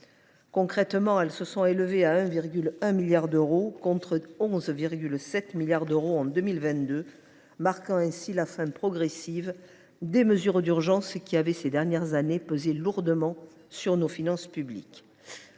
diminué. Elles se sont élevées à 1,1 milliard d’euros, contre 11,7 milliards d’euros en 2022, marquant ainsi la fin progressive des mesures d’urgence, qui avaient pesé lourdement sur nos finances publiques